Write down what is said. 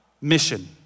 mission